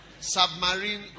Submarine